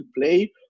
play